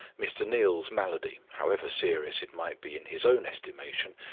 mr. neal's malady, however serious it might be in his own estimation,